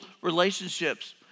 relationships